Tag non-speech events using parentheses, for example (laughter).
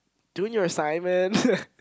doing your assignments (laughs)